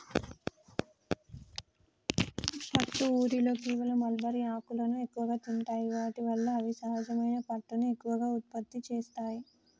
పట్టు ఊరిలో కేవలం మల్బరీ ఆకులను ఎక్కువగా తింటాయి వాటి వల్ల అవి సహజమైన పట్టుని ఎక్కువగా ఉత్పత్తి చేస్తాయి